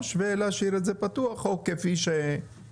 ולהשאיר את זה פתוח או כפי שאישר המנהל.